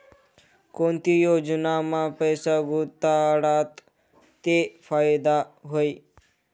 कोणती योजनामा पैसा गुताडात ते फायदा व्हई?